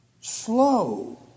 slow